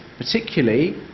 particularly